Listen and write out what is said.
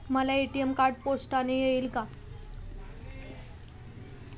मला ATM card पोस्टाने येईल का?